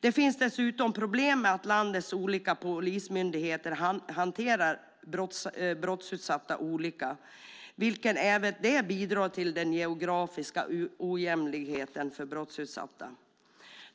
Det finns dessutom problem med att landets olika polismyndigheter hanterar brottsutsatta olika, vilket även det bidrar till den geografiska ojämlikheten för brottsutsatta.